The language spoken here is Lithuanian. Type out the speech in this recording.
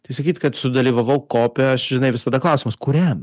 tai sakyt kad sudalyvavau kope aš žinai visada klausimas kuriam